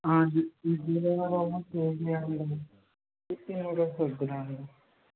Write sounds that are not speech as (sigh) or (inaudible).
ఇడ్లీ రవ్వ ఓ కేజీ (unintelligible)